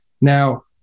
Now